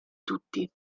tutti